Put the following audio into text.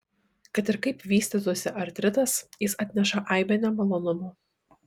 kad ir kaip vystytųsi artritas jis atneša aibę nemalonumų